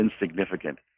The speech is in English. insignificant